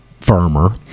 firmer